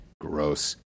gross